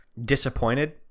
disappointed